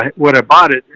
what i bought it,